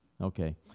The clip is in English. Okay